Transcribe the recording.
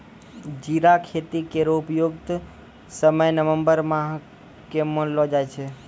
जीरा खेती केरो उपयुक्त समय नवम्बर माह क मानलो जाय छै